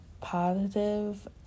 positive